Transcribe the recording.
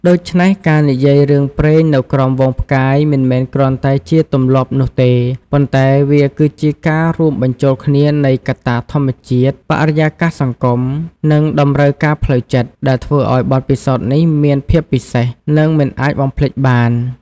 ដូច្នេះ ការនិទានរឿងព្រេងនៅក្រោមហ្វូងផ្កាយ មិនមែនគ្រាន់តែជាទម្លាប់នោះទេ ប៉ុន្តែវាគឺជាការរួមបញ្ចូលគ្នានៃកត្តាធម្មជាតិ បរិយាកាសសង្គម និងតម្រូវការផ្លូវចិត្ត ដែលធ្វើឲ្យបទពិសោធន៍នេះមានភាពពិសេស និងមិនអាចបំភ្លេចបាន ។